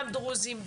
גם דרוזים,